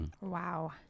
Wow